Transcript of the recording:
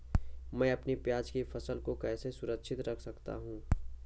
मैं अपनी प्याज की फसल को कैसे सुरक्षित रख सकता हूँ?